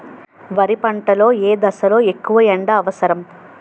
వరి పంట లో ఏ దశ లొ ఎక్కువ ఎండా అవసరం?